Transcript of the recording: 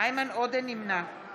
נמנע חוה